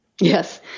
Yes